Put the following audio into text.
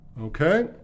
Okay